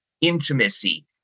intimacy